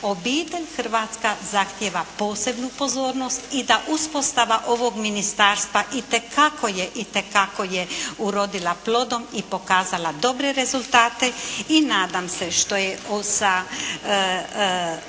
obitelj hrvatska zahtjeva posebnu pozornost i da uspostava ovog Ministarstva itekako je, itekako je urodila plodom i pokazala dobre rezultate. I nadam se što je sa